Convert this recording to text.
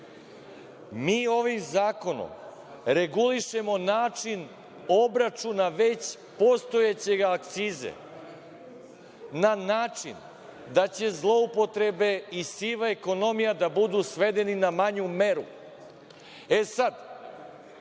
ovim zakonom regulišemo način obračuna već postojeće akcize na način da će zloupotrebe i siva ekonomija da budu svedeni na manju meru.